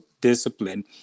discipline